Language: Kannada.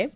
ಎಫ್